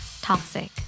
Toxic